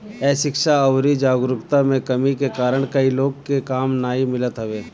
अशिक्षा अउरी जागरूकता में कमी के कारण कई लोग के काम नाइ मिलत हवे